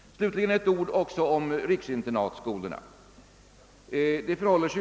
Slutligen vill jag säga något om riksinternatskolorna.